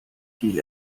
viel